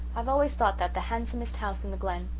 i've always thought that the handsomest house in the glen,